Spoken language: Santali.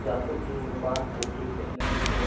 ᱡᱟᱹᱯᱩᱫ ᱫᱤᱱ ᱜᱮ ᱵᱟᱸᱫᱷ ᱯᱩᱠᱷᱨᱤ ᱥᱮ ᱱᱟᱹᱭ ᱠᱚ